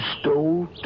stole